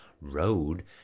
road